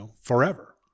forever